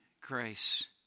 grace